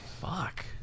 fuck